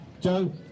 Joe